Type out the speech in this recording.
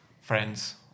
friends